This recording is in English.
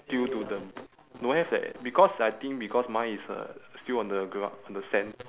due to the don't have eh because I think because mine is uh still on the gro~ the sand